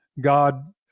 God